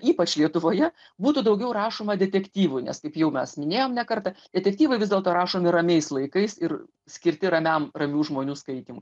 ypač lietuvoje būtų daugiau rašoma detektyvų nes kaip jau mes minėjom ne kartą detektyvai vis dėlto rašomi ramiais laikais ir skirti ramiam ramių žmonių skaitymui